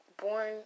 born